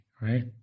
right